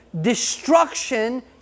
destruction